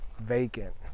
vacant